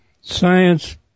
science